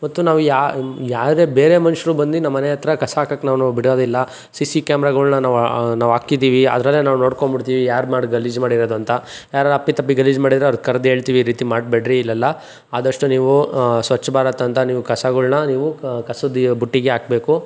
ಮತ್ತು ನಾವು ಯಾವುದೇ ಬೇರೆ ಮನುಷ್ಯರು ಬಂದು ನಮ್ಮಮನೆ ಹತ್ರ ಕಸ ಹಾಕೋಕ್ ನಾನು ಬಿಡೋದಿಲ್ಲ ಸಿ ಸಿ ಕ್ಯಾಮ್ರಾಗಳ್ನ ನಾವು ಆ ನಾವು ಹಾಕಿದೀವಿ ಅದ್ರಲ್ಲೇ ನಾವು ನೋಡಿಕೊಂಡ್ಬಿಡ್ತೀವಿ ಯಾರು ಮಾಡಿದ ಗಲೀಜು ಮಾಡಿರೋದು ಅಂತ ಯಾರಾರ ಅಪ್ಪಿತಪ್ಪಿ ಗಲೀಜು ಮಾಡಿದ್ರೆ ಅವ್ರಿಗೆ ಕರ್ದು ಹೇಳ್ತೀವಿ ಈ ರೀತಿ ಮಾಡಬೇಡ್ರಿ ಇಲ್ಲೆಲ್ಲ ಆದಷ್ಟು ನೀವು ಸ್ವಚ್ ಭಾರತ್ ಅಂತ ನೀವು ಕಸಗಳ್ನ ನೀವು ಕಸದ ಬುಟ್ಟಿಗೆ ಹಾಕ್ಬೇಕು